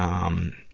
um, um,